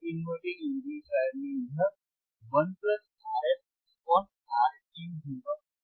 गैर inverting amplifier में यह 1 Rf Rin होगा